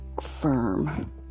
firm